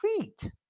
feet